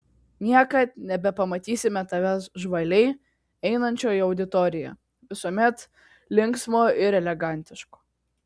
niekad nebepamatysime tavęs žvaliai einančio į auditoriją visuomet linksmo ir elegantiško